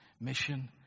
mission